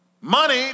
Money